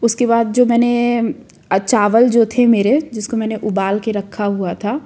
उसके बाद जो मैंने चावल जो थे मेरे जिसको मैंने उबाल के रखा हुआ था